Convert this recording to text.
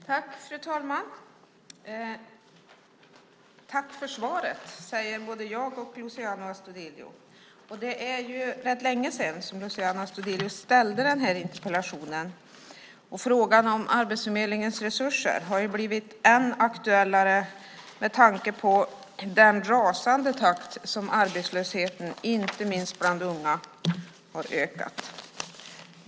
Fru talman! Tack för svaret, säger både jag och Luciano Astudillo. Det är rätt länge sedan som Luciano Astudillo ställde den här interpellationen, och frågan om Arbetsförmedlingens resurser har blivit än aktuellare med tanke på den rasande takt som arbetslösheten, inte minst bland unga, har ökat med.